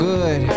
good